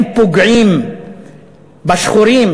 הם פוגעים בשחורים.